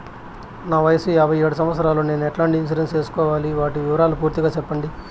నా వయస్సు యాభై ఏడు సంవత్సరాలు నేను ఎట్లాంటి ఇన్సూరెన్సు సేసుకోవాలి? వాటి వివరాలు పూర్తి గా సెప్పండి?